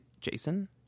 Jason